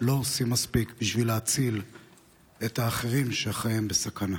לא עושים מספיק בשביל להציל את האחרים שחייהם בסכנה.